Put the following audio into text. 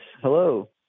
Hello